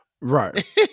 Right